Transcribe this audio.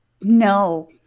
No